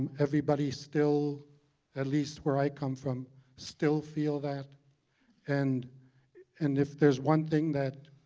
everybody's still at least where i come from still feel that and and if there's one thing that